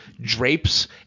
drapes